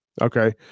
Okay